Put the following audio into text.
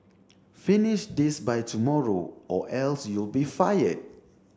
finish this by tomorrow or else you'll be fired